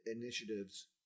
initiatives